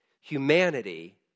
humanity